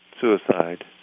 suicide